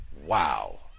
wow